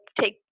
take